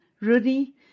Rudy